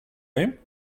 him